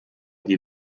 die